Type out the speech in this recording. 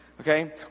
Okay